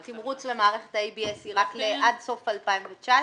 התמרוץ למערכת ה-ABS היא רק עד סוף 2019?